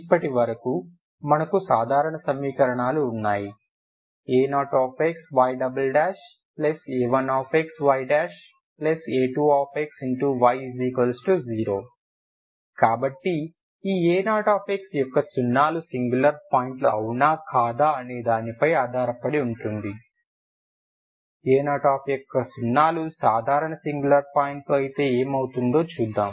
ఇప్పటివరకు మనకు సాధారణ సమీకరణాలు ఉన్నాయి a0xya1xya2xy0 కాబట్టి ఈ a0x యొక్క సున్నాలు సింగులర్ పాయింట్లు అవునా కాదా అనేదానిపై ఆధారపడి ఉంటుంది a0x యొక్క సున్నాలు సాధారణ సింగులర్ పాయింట్లు అయితే ఏమవుతుందో చూద్దాం